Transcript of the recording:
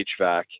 HVAC